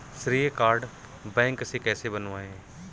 श्रेय card bank से कैसे बनवाएं?